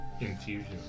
Infusion